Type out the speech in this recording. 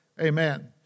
Amen